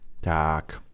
Tak